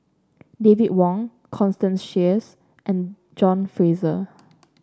David Wong Constance Sheares and John Fraser